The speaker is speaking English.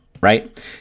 right